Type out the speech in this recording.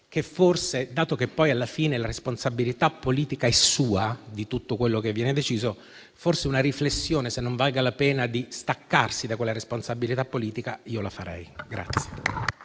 che forse, dato che alla fine la responsabilità di tutto quello che viene deciso è sua, una riflessione se non valga la pena di staccarsi da quella responsabilità politica io la farei.